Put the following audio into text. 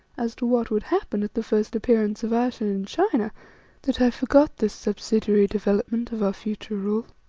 as to what would happen at the first appearance of ayesha in china that i forgot this subsidiary development of our future rule.